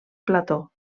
plató